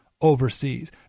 overseas